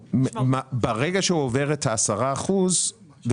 ברגע שהוא עובר את ה-10 אחוזים,